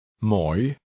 Mooi